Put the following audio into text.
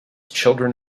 children